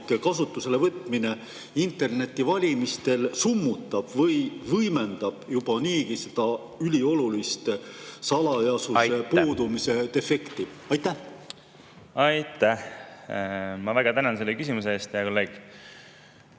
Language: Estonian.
kasutusele võtmine internetivalimistel summutab või võimendab seda üliolulist salajasuse puudumise defekti? Aitäh! Aitäh! Aitäh! Ma väga tänan selle küsimuse eest, hea kolleeg.